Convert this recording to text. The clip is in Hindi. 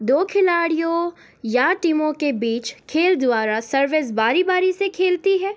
दो खिलाड़ियों या टीमों के बीच खेल द्वारा सर्विस बारी बारी से खेलती है